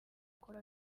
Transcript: akora